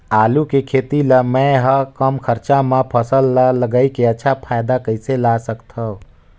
आलू के खेती ला मै ह कम खरचा मा फसल ला लगई के अच्छा फायदा कइसे ला सकथव?